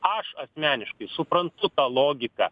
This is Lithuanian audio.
aš asmeniškai suprantu tą logiką